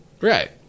Right